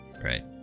right